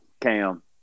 Cam